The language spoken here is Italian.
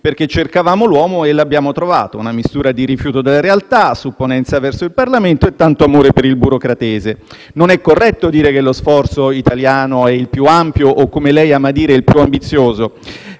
perché cercavamo l'uomo e l'abbiamo trovato: una mistura di rifiuto della realtà, supponenza verso il Parlamento e tanto amore per il burocratese. Non è corretto dire che lo sforzo italiano è il più ampio o, come ama dire, il più ambizioso,